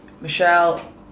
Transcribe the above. Michelle